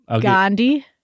Gandhi